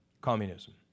Communism